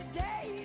day